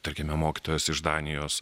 tarkime mokytojas iš danijos